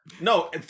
No